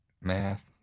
math